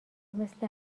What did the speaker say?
مثل